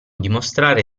dimostrare